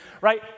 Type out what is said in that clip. Right